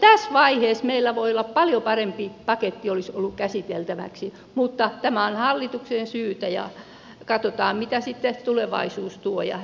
jo tässä vaiheessa meillä olisi voinut olla paljon parempi paketti käsiteltäväksi mutta tämä on hallituksen syytä ja katsotaan mitä sitten tulevaisuus tuo